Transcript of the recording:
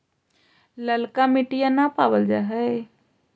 ललका मिटीया न पाबल जा है?